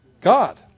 God